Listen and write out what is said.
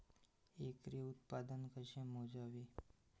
एकरी उत्पादन कसे मोजावे?